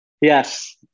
yes